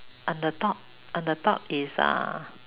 on the top on the top is uh